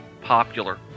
popular